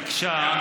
ביקשה,